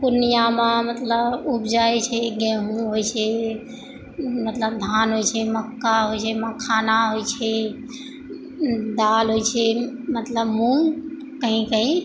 पूर्णियामे मतलब उपजै छियै गेहूँ होइ छै धान होइ छै मक्का होइ छै मखाना होइ छै दालि होइ छै मतलब मूॅंग कहीं कहीं